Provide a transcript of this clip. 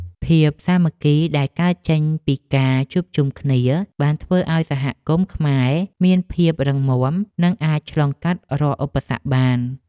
ភាពសាមគ្គីដែលកើតចេញពីការជួបជុំគ្នាបានធ្វើឱ្យសហគមន៍ខ្មែរមានភាពរឹងមាំ និងអាចឆ្លងកាត់រាល់ឧបសគ្គបាន។